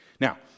Now